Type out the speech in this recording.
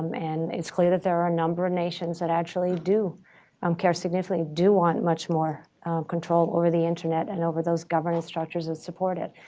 um and it's clear that there are a number of nations that actually do um care significantly, do want much more control over the internet and over those governance structures that and support it.